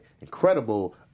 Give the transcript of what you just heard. incredible